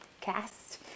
cast